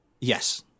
Yes